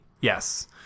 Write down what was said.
Yes